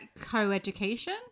co-education